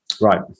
Right